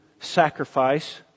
sacrifice